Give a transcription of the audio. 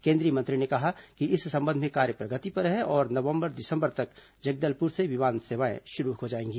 केंद्रीय मंत्री ने कहा कि इस संबंध में कार्य प्रगति पर है और नवम्बर दिसम्बर तक जगदलपुर से विमान सेवाएं शुरू हो जाएंगी